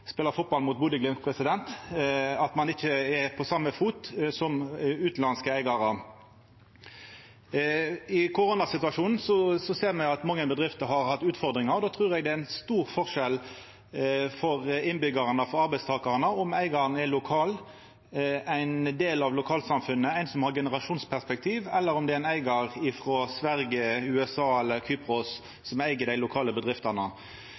fotball mot Bodø/Glimt, at ein ikkje er på same fot som utanlandske eigarar. I koronasituasjonen ser me at mange bedrifter har hatt utfordringar. Då trur eg det er ein stor forskjell for innbyggjarane og for arbeidstakarane om eigaren er lokal, er ein del av lokalsamfunnet og er ein som har generasjonsperspektiv, enn om det er ein eigar frå Sverige, USA eller Kypros som eig dei lokale bedriftene.